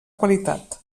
qualitat